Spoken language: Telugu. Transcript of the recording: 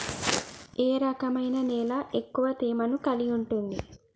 ఏ రకమైన నేల ఎక్కువ తేమను కలిగుంటది?